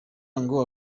ngo